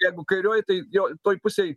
jeigu kairioji tai jo toj pusėj